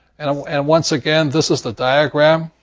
and um and once again, this is the diagram.